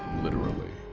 literally.